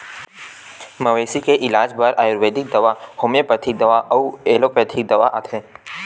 मवेशी के इलाज बर आयुरबेदिक दवा, होम्योपैथिक दवा अउ एलोपैथिक दवा आथे